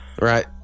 right